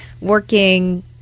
working